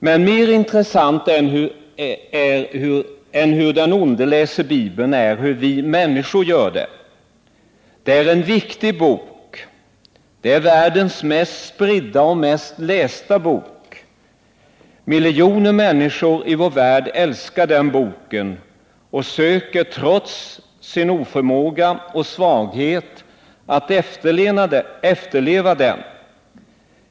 Men mer intressant än hur den onde läser Bibeln är hur vi människor gör det. Det är en viktig bok, världens mest spridda och lästa. Miljoner människor i vår värld älskar den boken och söker trots sin oförmåga och svaghet att efterleva dess bud.